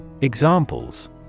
Examples